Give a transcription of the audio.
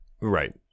Right